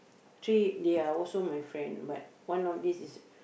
three they are also my friend but one of this is